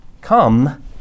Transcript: Come